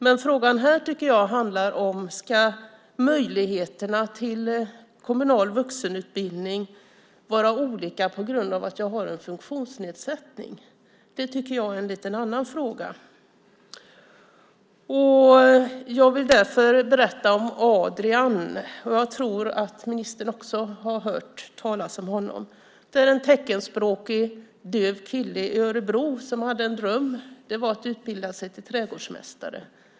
Men frågan här handlar om huruvida möjligheterna till kommunal vuxenutbildning ska vara olika på grund av funktionsnedsättning. Det är en lite annan fråga. Jag vill därför berätta om Adrian. Jag tror att ministern också har hört talas om honom. Det är en teckenspråkig döv kille i Örebro som hade en dröm: att utbilda sig till trädgårdsmästare.